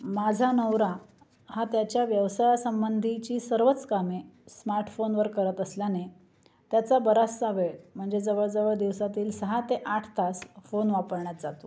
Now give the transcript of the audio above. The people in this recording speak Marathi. माझा नवरा हा त्याच्या व्यवसायासंबंधीची सर्वच कामे स्मार्टफोनवर करत असल्याने त्याचा बराचसा वेळ म्हणजे जवळजवळ दिवसातील सहा ते आठ तास फोन वापरण्यात जातो